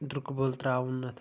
دٔرکہٕ بول ترٛاوُن اتھ